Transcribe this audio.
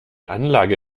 anlage